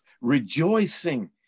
rejoicing